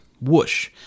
whoosh